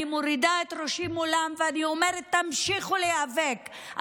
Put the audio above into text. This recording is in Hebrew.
אני מורידה את ראשי מולן ואני אומרת: תמשיכו להיאבק.